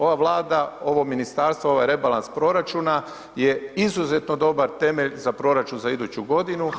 Ova Vlada, ovo ministarstvo, ovaj rebalans proračuna je izuzetno dobar temelj za proračun za iduću godinu